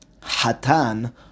Hatan